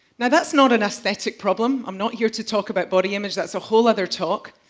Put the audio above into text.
now that's not an aesthetic problem. i'm not here to talk about body image, that's a whole other talk.